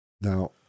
Now